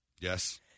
Yes